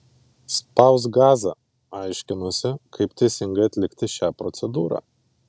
spausk gazą aiškinosi kaip teisingai atlikti šią procedūrą